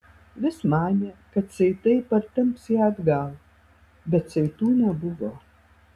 vis manė kad saitai partemps ją atgal bet saitų nebuvo